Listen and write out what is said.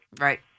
Right